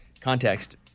context